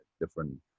different